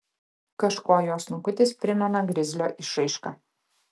kažkuo jo snukutis primena grizlio išraišką